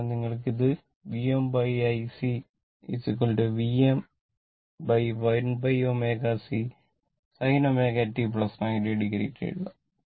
അതിനാൽ നിങ്ങൾക്ക് ഇത് ഒരു VmIC Vm1ω C sin ω t 90 o എഴുതാം